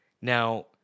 Now